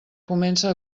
comença